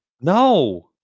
No